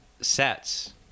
sets